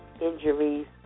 injuries